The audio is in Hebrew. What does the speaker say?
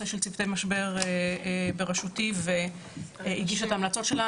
של צוותי משבר הגישה את ההמלצות שלה.